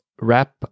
wrap